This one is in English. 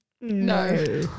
no